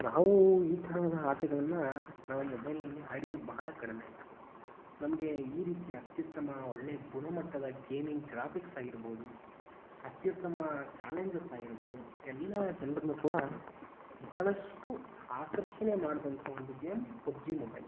ನಾವು ಈ ತರಹದ ಆಟಗಳನ್ನು ನಾವು ಮೊಬೈಲ್ನಲ್ಲಿ ಆಡಿದ್ದು ಬಹಳ ಕಡಿಮೆ ನಮಗೆ ಈ ರೀತಿ ಅತ್ಯುತ್ತಮ ಒಳ್ಳೆಯ ಗುಣಮಟ್ಟದ ಗೇಮಿಂಗ್ ಗ್ರಾಫಿಕ್ಸ್ ಆಗಿರ್ಬೋದು ಅತ್ಯುತ್ತಮ ಚಾಲೆಂಜಸ್ ಆಗಿರ್ಬೋದು ಎಲ್ಲ ಜನರನ್ನೂ ಕೂಡ ಬಹಳಷ್ಟು ಆಕರ್ಷಣೆ ಮಾಡಿದಂತಹ ಒಂದು ಗೇಮ್ ಪಬ್ಜಿ ಮೊಬೈಲ್